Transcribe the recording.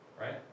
right